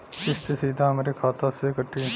किस्त सीधा हमरे खाता से कटी?